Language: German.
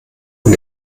von